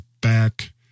back